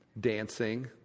Dancing